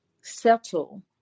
settle